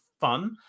fun